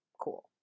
cool